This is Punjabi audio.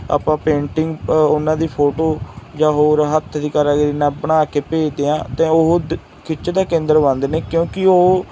ਆਪਾਂ ਪੇਂਟਿੰਗ ਉਹਨਾਂ ਦੀ ਫੋਟੋ ਜਾਂ ਹੋਰ ਹੱਥ ਦੀ ਕਾਰਾਗਰੀ ਨਾਲ ਬਣਾ ਕੇ ਭੇਜਦੇ ਹਾਂ ਅਤੇ ਉਹ ਦ ਖਿੱਚ ਦਾ ਕੇਂਦਰ ਬਣਦੇ ਨੇ ਕਿਉਂਕਿ ਉਹ